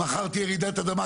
מחר תהיה רעידת אדמה,